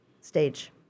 stage